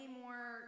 more